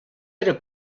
era